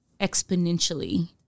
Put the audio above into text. exponentially